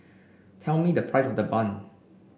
tell me the price of the bun